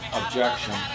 objection